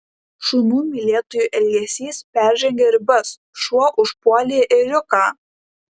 šunų mylėtojų elgesys peržengė ribas šuo užpuolė ėriuką